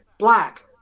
black